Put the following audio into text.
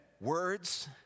Words